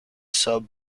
sub